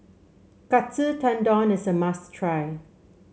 Katsu Tendon is a must try